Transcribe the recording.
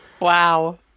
Wow